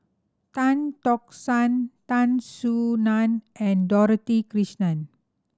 Tan Tock San Tan Soo Nan and Dorothy Krishnan